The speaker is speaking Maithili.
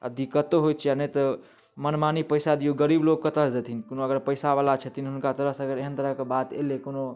आ दिक्कतो होइ छै नहि तऽ मनमानी पैसा दियौ गरीब लोग कतऽ सऽ देथिन कोनो अगर पैसा बला छथिन हुनका तरफ सऽ अगर कोनो एहन तरहके बात अयलै कोनो